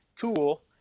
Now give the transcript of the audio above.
cool